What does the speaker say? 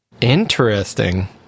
Interesting